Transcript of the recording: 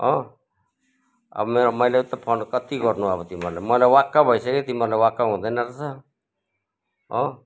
हो अब मेरो मैले त फोन कति गर्नु अब तिमीहरूलाई मलाई वाक्क भइसक्यो तिमीहरूलाई वाक्क हुँदैन रहेछ हो